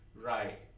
right